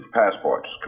passports